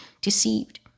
deceived